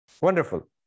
Wonderful